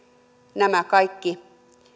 nämä kaikki